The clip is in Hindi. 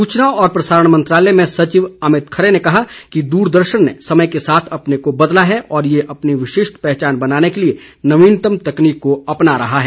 सूचना और प्रसारण मंत्रालय में सचिव अमित खरे ने कहा कि दूरदर्शन ने समय के साथ अपने को बदला है और यह अपनी विशिष्ट पहचान बनाने के लिए नवीनतम तकनीक को अपना रहा है